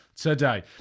today